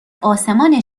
آسمان